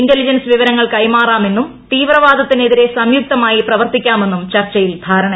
intelligence വിവരങ്ങൾ കൈമാറാമെന്നും തീവ്രവാദത്തിനെതിരെ സംയുക്തമായി പ്രവർത്തിക്കാമെന്നും ചർച്ചയിൽ ധാരണയായി